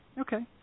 Okay